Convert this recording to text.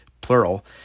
plural